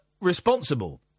responsible